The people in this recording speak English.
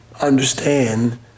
understand